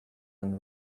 and